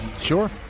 Sure